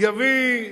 הוארך